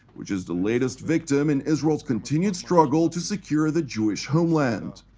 which is the latest victim in israel's continued struggle to security the jewish homeland.